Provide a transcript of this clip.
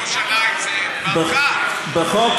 ברקת מחלק את ירושלים, זאב.